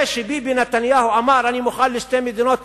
זה שביבי נתניהו אמר: אני מוכן לשתי מדינות,